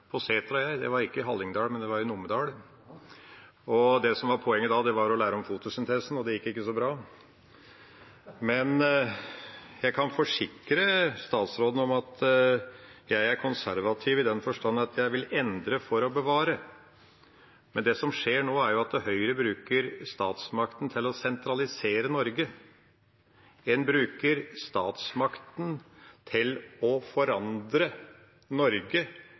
på setra; det var ikke i Hallingdal, det var i Numedal. Det som var poenget da, var å lære om fotosyntesen, og det gikk ikke så bra. Jeg kan forsikre statsråden om at jeg er konservativ i den forstand at jeg vil endre for å bevare. Men det som skjer nå, er at Høyre bruker statsmakten til å sentralisere Norge. En bruker statsmakten til å forandre Norge